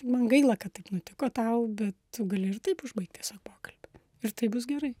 man gaila kad taip nutiko tau bet tu gali ir taip užbaigt tiesiog pokalbį ir tai bus gerai